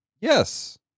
Yes